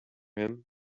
him